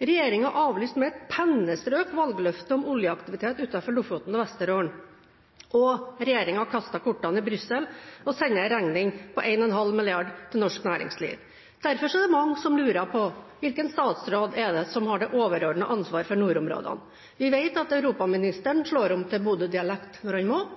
regjeringen avlyste med et pennestrøk valgløftet om oljeaktivitet utenfor Lofoten og Vesterålen, og regjeringen kastet kortene i Brussel og sender en regning på 1,5 mrd. kr til norsk næringsliv. Derfor er det mange som lurer på: Hvilken statsråd har det overordnede ansvaret for nordområdene? Vi vet at europaministeren slår om til Bodø-dialekt når han må.